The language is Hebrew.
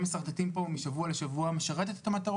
משרטטים פה משבוע לשבוע משרתת את המטרה